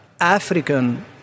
African